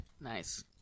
Nice